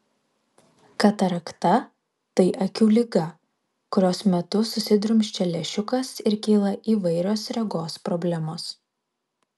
katarakta tai akių liga kurios metu susidrumsčia lęšiukas ir kyla įvairios regos problemos